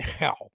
Now